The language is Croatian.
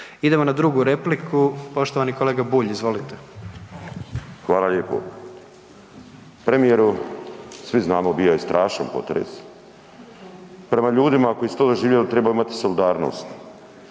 Idemo na drugu repliku, poštovani kolega Bulj, izvolite. **Bulj, Miro (MOST)** Hvala lijepo. Premijeru svi znamo bio je strašan potres. Prema ljudima koji su to doživjeli treba imati solidarnosti.